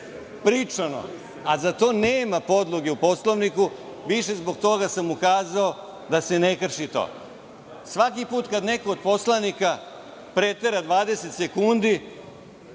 pričano, a za to nema podloge u Poslovniku, više zbog toga sam ukazao da se ne krši to. Svaki put kada neko od poslanika pretera 20 sekundi,